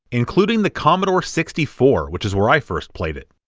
including the commodore sixty four, which is where i first played it.